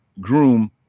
groom